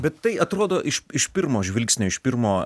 bet tai atrodo iš iš pirmo žvilgsnio iš pirmo